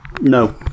No